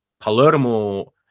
Palermo